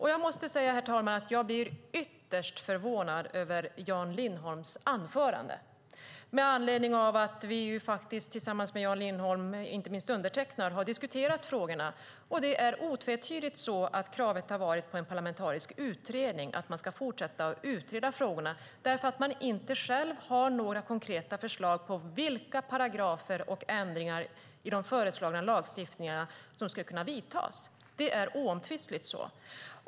Jag måste säga, herr talman, att jag blir ytterst förvånad över Jan Lindholms anförande med anledning av att vi, inte minst undertecknad, ju faktiskt tillsammans med Jan Lindholm har diskuterat de här frågorna. Det är otvetydigt så att kravet har varit på en parlamentarisk utredning, att man ska fortsätta att utreda frågorna, därför att man inte själv har några konkreta förslag på vilka paragrafer och ändringar i de föreslagna lagstiftningarna som skulle kunna införas. Det är oomtvistligt så.